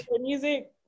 Music